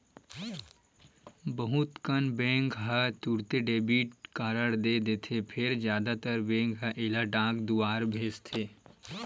बहुत कन बेंक ह तुरते डेबिट कारड दे देथे फेर जादातर बेंक ह एला डाक दुवार भेजथे